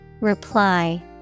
Reply